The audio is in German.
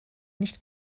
nicht